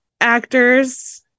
actors